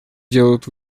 делают